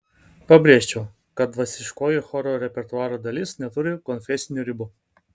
pabrėžčiau kad dvasiškoji choro repertuaro dalis neturi konfesinių ribų